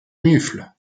mufle